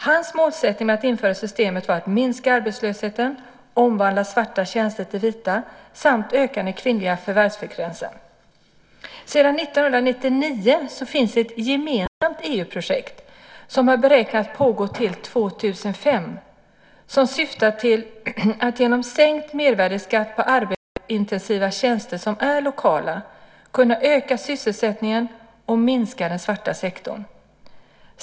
Hans målsättning med att införa systemet var att minska arbetslösheten, omvandla svarta tjänster till vita samt öka den kvinnliga förvärvsfrekvensen. Sedan 1999 finns ett gemensamt EU-projekt som är beräknat att pågå till 2005 och som syftar till att genom sänkt mervärdesskatt på arbetsintensiva tjänster som är lokala kunna öka sysselsättningen och minska den svarta sektorn.